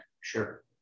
Sure